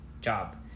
job